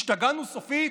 השתגענו סופית?